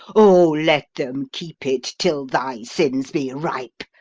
o, let them keep it till thy sins be ripe,